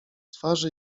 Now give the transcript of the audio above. twarzy